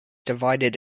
divided